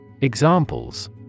Examples